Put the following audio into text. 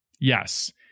yes